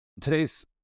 today's